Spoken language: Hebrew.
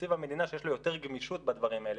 שתקציב המדינה שיש לו יותר גמישות בדברים האלה,